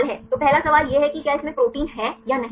तो पहला सवाल यह है कि क्या इसमें प्रोटीन है या नहीं सही